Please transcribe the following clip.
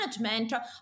management